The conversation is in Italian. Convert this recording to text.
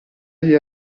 agli